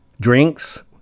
drinks